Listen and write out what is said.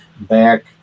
back